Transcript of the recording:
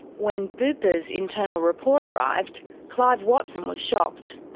when bupa's internal report arrived, clive watson was shocked.